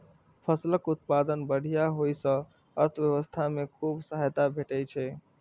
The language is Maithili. फसलक उत्पादन बढ़िया होइ सं अर्थव्यवस्था कें खूब सहायता भेटै छै